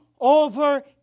over